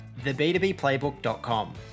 theb2bplaybook.com